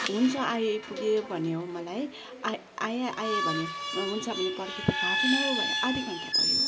हुन्छ आएँ आइपुग्यो भन्यो हो मलाई आ आएँ आएँ भन्यो हुन्छ भनेर पर्खे पर्खे हाफ एन अवर भयो आधा घण्टा भयो